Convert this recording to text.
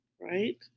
right